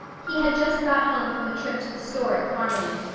he had just got home from a trip to the store at carmody,